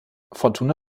fortuna